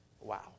Wow